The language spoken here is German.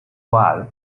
wahl